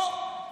אוה.